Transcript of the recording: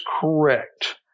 correct